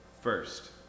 first